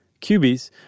Cubies